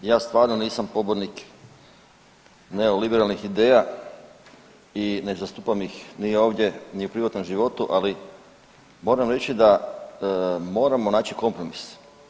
Ja stvarno nisam pobornik neoliberalnih ideja i ne zastupam ih ni ovdje ni u privatnom životu, ali moram reći da moramo naći kompromis.